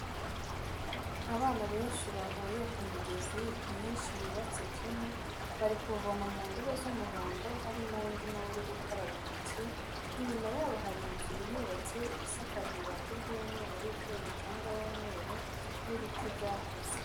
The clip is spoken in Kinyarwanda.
Abana benshi bahuriye ku migezi myinshi yubatse kimwe, bari kuvoma mu ndobo z'umuhondo harimo undi na we uri gukaraba intoki, inyuma yabo hari inzu ihubatse isakajejwe ibibati by'umweru iteye umucanga w'umweru n'ibiti byakuze.